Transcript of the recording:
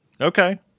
Okay